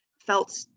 felt